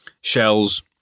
shells